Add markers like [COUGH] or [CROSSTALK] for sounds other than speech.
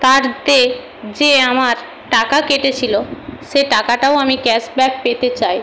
তার তে [UNINTELLIGIBLE] যে আমার টাকা কেটেছিল সে টাকাটাও আমি ক্যাশব্যাক পেতে চাই